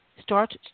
start